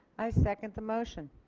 i second the motion.